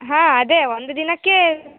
ಹಾಂ ಅದೇ ಒಂದು ದಿನಕ್ಕೆ